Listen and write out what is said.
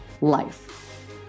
life